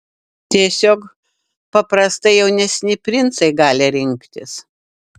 tiesiog paprastai jaunesni princai gali rinktis